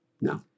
No